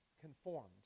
conformed